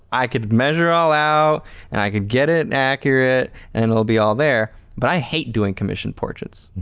i could measure all out and i could get it accurate and it'll be all there but i hate doing commissioned portraits.